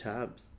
Tabs